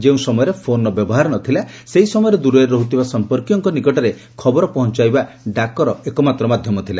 ଯେଉଁ ସମୟରେ ଫୋନ୍ର ବ୍ୟବହାର ନଥିଲା ସେହି ସମୟରେ ଦୂରରେ ରହୁଥିବା ସଂପର୍କୀୟଙ୍ଙ ନିକଟରେ ଖବର ପହଞାଇବା ଡାକ ଏକମାତ୍ର ମାଧ୍ୟମ ଥିଲା